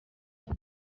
nda